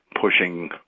pushing